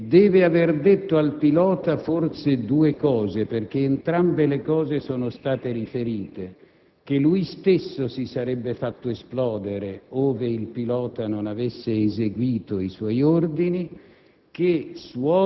e deve aver detto al pilota forse due cose, perché entrambe sono state riferite: che lui stesso si sarebbe fatto esplodere ove il pilota non avesse eseguito i suoi ordini;